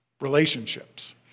relationships